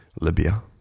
Libya